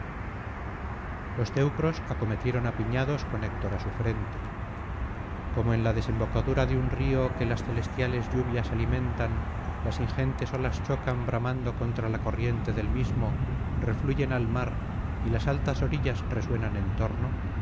los teucros acometieron apiñados con héctor á su frente como en la desembocadura de un río que las celestiales lluvias alimentan las ingentes olas chocan bramando contra la corriente del mismo refluyen al piar y las altas orillas resuenan en torno